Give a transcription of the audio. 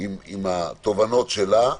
עם התובנות שלה,